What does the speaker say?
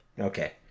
Okay